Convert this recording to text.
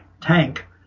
Tank